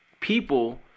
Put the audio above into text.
people